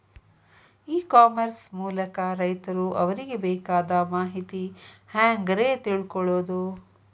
E commerce ಮೂಲಕ ರೈತರು ಅವರಿಗೆ ಬೇಕಾದ ಮಾಹಿತಿ ಹ್ಯಾಂಗ ರೇ ತಿಳ್ಕೊಳೋದು?